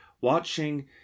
watching